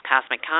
Cosmic